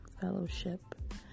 fellowship